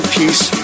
peace